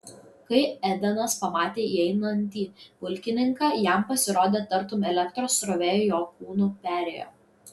kai edenas pamatė įeinantį pulkininką jam pasirodė tartum elektros srovė jo kūnu perėjo